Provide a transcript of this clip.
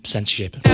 Censorship